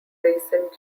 recent